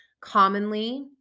commonly